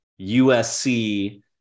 USC